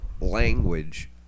language